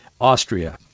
Austria